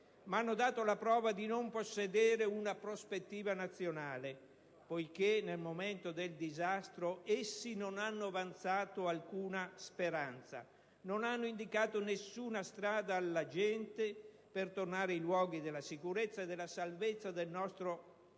ma hanno dato la prova di non possedere una prospettiva nazionale, poiché nel momento del disastro essi non hanno avanzato nessuna speranza, non hanno indicato alcuna strada alla gente per tornare ai luoghi della sicurezza e della salvezza del nostro modo